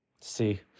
see